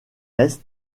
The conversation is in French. est